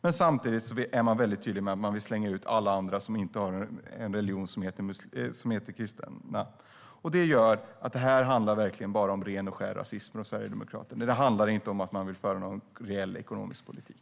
Men samtidigt är man väldigt tydlig med att man vill slänga ut alla som har en religion som inte heter kristendom. Det gör att det verkligen bara handlar om ren och skär rasism från Sverigedemokraterna. Det handlar inte om att man vill föra någon reell ekonomisk politik.